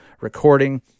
recording